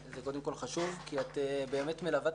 זה קודם כל חשוב כי את באמת מלווה את